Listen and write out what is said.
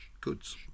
goods